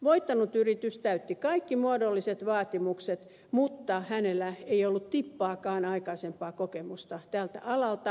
voittanut yritys täytti kaikki muodolliset vaatimukset mutta sillä ei ollut tippaakaan aikaisempaa kokemusta tältä alalta